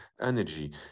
energy